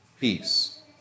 peace